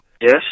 Yes